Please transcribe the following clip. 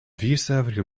viercijferige